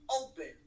open